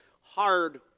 hard